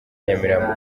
nyamirambo